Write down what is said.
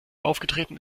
aufgetreten